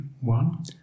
one